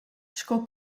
sco